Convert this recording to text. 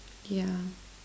yeah